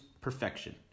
perfection